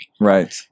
Right